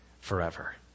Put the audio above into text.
forever